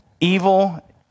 Evil